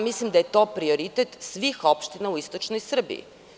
Mislim da je to prioritet svih opština u istočnoj Srbiji.